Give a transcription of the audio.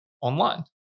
online